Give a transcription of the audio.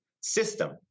system